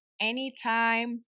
anytime